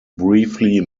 briefly